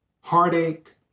Heartache